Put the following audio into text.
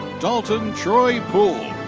dalton troy poole.